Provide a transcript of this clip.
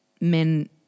men